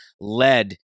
led